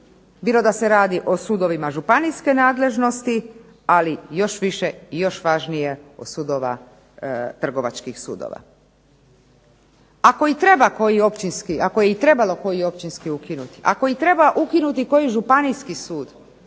bilo da se radi o sudovima županijske nadležnosti ali još više i još važnije od sudova trgovačkih sudova. Ako je i trebalo koji općinski ukinuti, ako i treba ukinuti koji županijski sud,